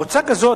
מועצה כזאת,